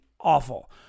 awful